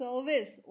Service